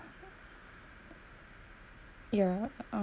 ya